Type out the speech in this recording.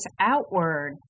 outward